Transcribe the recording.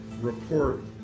report